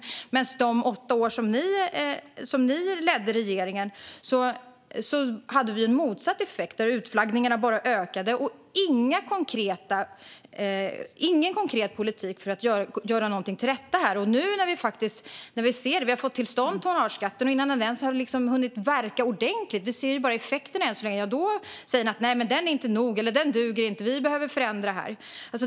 Under de åtta år som ni ledde regeringen såg man däremot motsatt effekt, alltså att utflaggningarna bara ökade, och det fanns ingen konkret politik för att komma till rätta med någonting här. Nu har vi faktiskt fått till stånd tonnageskatten, och innan den ens har hunnit verka ordentligt - vi ser bara effekterna än så länge - säger ni att den inte är nog, att den inte duger och att den behöver förändras.